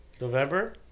November